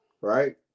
Right